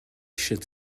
should